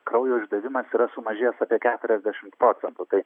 kraujo išdavimas yra sumažėjęs apie keturiasdešimt procentų tai